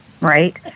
Right